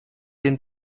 den